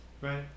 right